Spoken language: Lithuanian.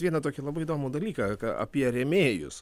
vieną tokį labai įdomų dalyką ką apie rėmėjus